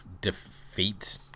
defeat